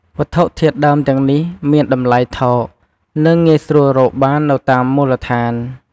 វត្ថុធាតុដើមទាំងនេះមានតម្លៃថោក និងងាយស្រួលរកបាននៅតាមមូលដ្ឋាន។